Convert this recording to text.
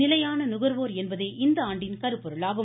நிலையான நுகர்வோர் என்பதே இந்த ஆண்டின் கருப்பொருளாகும்